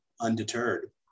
undeterred